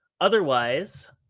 Otherwise